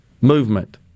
movement